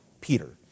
Peter